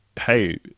hey